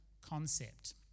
concept